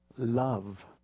Love